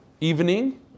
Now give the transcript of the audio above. evening